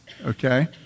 Okay